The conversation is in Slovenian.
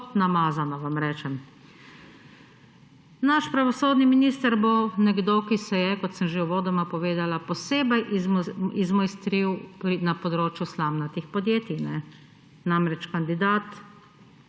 namazano, vam rečem. Naš pravosodni minister bo nekdo, ki se je, kot sem že uvodoma povedala, posebej izmojstril na področju slamnatih podjetij. Namreč kandidat